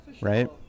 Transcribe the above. right